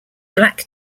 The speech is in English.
black